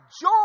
joy